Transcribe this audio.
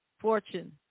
Fortune